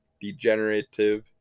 degenerative